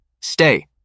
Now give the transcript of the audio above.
Stay